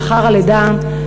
לאחר הלידה,